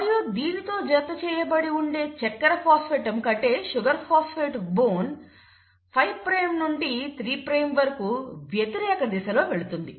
మరియు దీనితో జతచేయబడి ఉండె చక్కెర ఫాస్ఫేట్ ఎముక 5 ప్రైమ్ నుండి 3 ప్రైమ్ వరకు వ్యతిరేక దిశలో వెళుతుంది